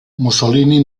mussolini